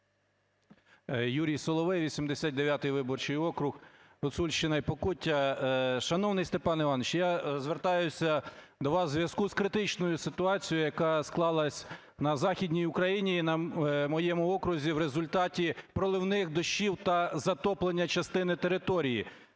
Юрій Соловей, 89 виборчий округ, Гуцульщина і Покуття. Шановний Степан Іванович, я звертаюся до вас у зв'язку з критичною ситуацією, яка склалась на Західній Україні і на моєму окрузі в результаті проливних дощів та затоплення частини території.